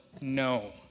no